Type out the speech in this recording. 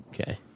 Okay